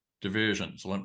divisions